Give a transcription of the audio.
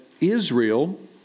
Israel